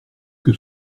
que